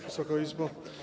Wysoka Izbo!